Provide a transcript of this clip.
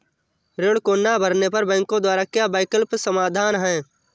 ऋण को ना भरने पर बैंकों द्वारा क्या वैकल्पिक समाधान हैं?